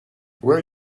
where